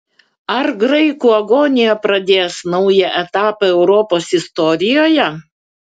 ar graikų agonija pradės naują etapą europos istorijoje